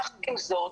יחד עם זאת,